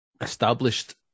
established